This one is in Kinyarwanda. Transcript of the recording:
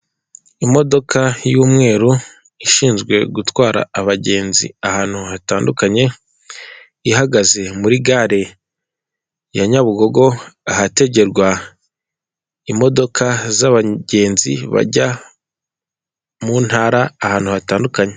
Imodoka y'umweru ishinzwe gutwara abagenzi ahantu hatandukanye, ihagaze muri gare ya Nyabugogo, ahategerwa imodoka z'abagenzi bajya mu ntara ahantu hatandukanye.